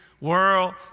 World